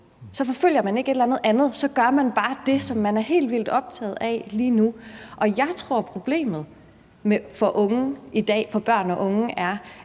Så forfølger man ikke et eller andet andet; så gør man bare det, som man er helt vildt optaget af lige nu. Jeg tror, at problemet for børn og unge i